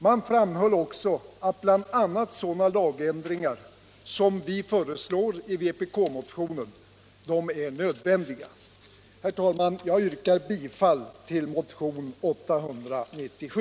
Man framhöll också att bl.a. sådana lgändringar som de vi föreslår i vpk-motionen är nödvändiga. Herr talman! Jag yrkar bifall till motionen 897.